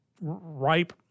ripe